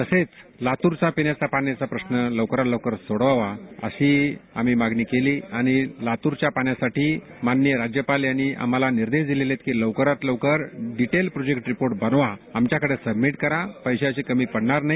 तसेच लातूरचा पिण्याच्या पाण्याचा प्रश्न लवकरात लवकर सोडवावा अशी आम्ही मागणी केली आणि लातूरच्या पाण्यासाठी माननीय राज्यपाल यांनी आम्हाला निर्देश दिले की डिटेल्ड प्रोजेक्टर रिपोर्ट बनवा आमच्याकडे सबमीट करा पैशाची कमी पडणार नाही